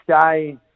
stay